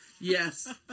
Yes